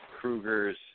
Krueger's